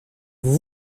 vous